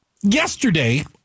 Yesterday